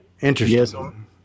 Interesting